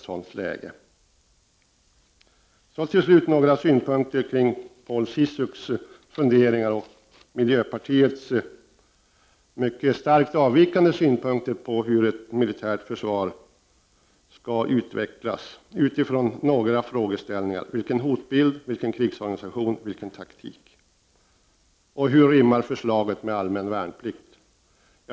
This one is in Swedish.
Så till slut några synpunkter kring Paul Ciszuks funderingar och miljöpartiets mycket starkt avvikande syn på hur ett militärt försvar skall utvecklas utifrån några frågeställningar: vilken hotbild, vilken krigsorganisation, vilken taktik och hur rimmar förslaget med allmän värnplikt?